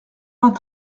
vingt